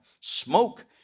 Smoke